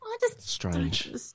Strange